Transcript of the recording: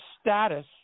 status